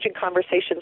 conversations